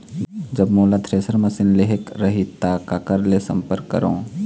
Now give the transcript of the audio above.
जब मोला thresher machine लेहेक रही ता काकर ले संपर्क करों?